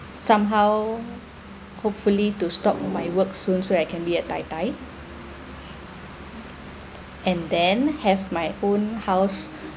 somehow hopefully to stop my work soon so I can be a tai tai and then have my own house